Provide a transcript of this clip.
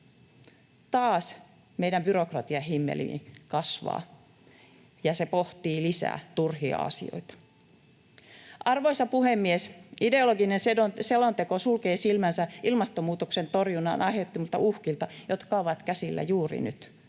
Taas meidän byrokratiahimmeli kasvaa ja pohtii lisää turhia asioita. Arvoisa puhemies! Ideologinen selonteko sulkee silmänsä ilmastonmuutoksen torjunnan aiheuttamilta uhkilta, jotka ovat käsillä juuri nyt.